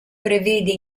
prevede